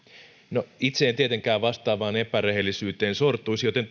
no itse en tietenkään vastaavaan epärehellisyyteen sortuisi joten